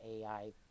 AI